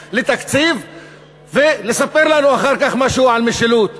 בתקציב ולספר לנו אחר כך משהו על משילות?